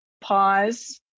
pause